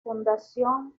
fundación